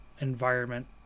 environment